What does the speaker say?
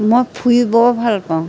মই ফুৰি বৰ ভালপাওঁ